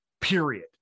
period